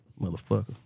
Motherfucker